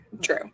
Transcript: True